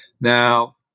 Now